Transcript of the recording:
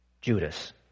Judas